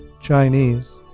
Chinese